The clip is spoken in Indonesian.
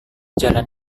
jalan